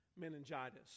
meningitis